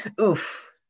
Oof